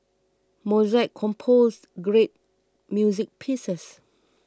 Mozart composed great music pieces